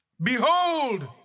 Behold